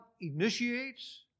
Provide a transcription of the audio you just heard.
initiates